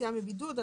ליציאה מבידוד.